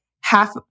half